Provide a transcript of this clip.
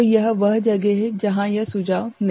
तो यह वह जगह है जहाँ यह सुझाव नहीं है